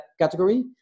category